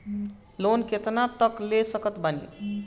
Loan कितना तक ले सकत बानी?